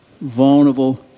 vulnerable